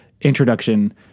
introduction